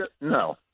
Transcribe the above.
No